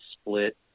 split